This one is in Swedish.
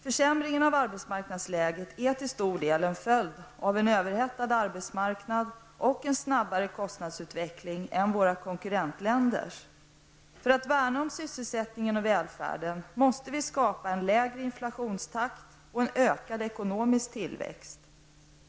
Försämringen av arbetsmarknadsläget är till stor del en följd av en överhettad arbetsmarknad och en snabbare kostnadsutveckling än våra konkurrentländers. För att värna om sysselsättningen och välfärden måste vi skapa en lägre inflationstakt och en ökad ekonomisk tillväxt.